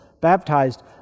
baptized